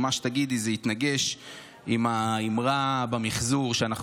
מה שתגידי יתנגש עם האמרה במחזור שאנחנו